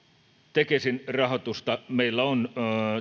tekesin rahoitusta meillä on